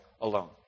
alone